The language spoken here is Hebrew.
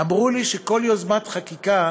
אמרו לי שכל יוזמת חקיקה